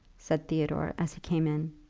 said theodore, as he came in.